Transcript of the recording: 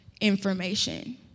information